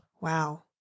wow